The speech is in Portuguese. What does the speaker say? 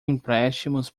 empréstimos